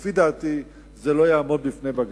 לפי דעתי זה לא יעמוד בפני בג"ץ.